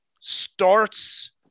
starts